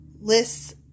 lists